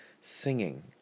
singing